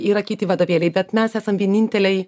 yra kiti vadovėliai bet mes esam vieninteliai